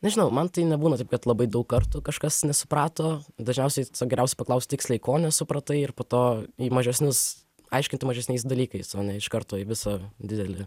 nežinau man tai nebūna taip kad labai daug kartų kažkas nesuprato dažniausiai tiesiog geriausia paklaust tiksliai ko nesupratai ir po to į mažesnius aiškinti mažesniais dalykais o ne iš karto į visą didelį